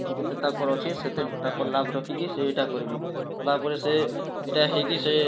ଯେତେ ତାକର ଅଛି ସେତେ ତାକର ଲାଭ ରଖିକି ସେ ଏଇଟା କରିବେ କଲା ପର ସେ ଏଇଟା ହେଇକି ସେ